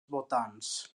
votants